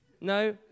No